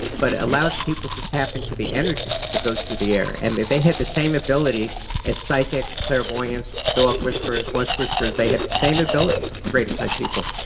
but it allows people to tap into the energy that goes through the air and they they have the same ability as psychics, clairvoyants, dog whisperers, horse whisperers. they have the same ability, creative type people.